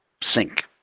sink